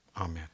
Amen